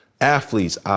athletes